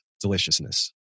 deliciousness